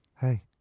hey